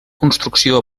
construcció